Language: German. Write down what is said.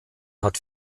hat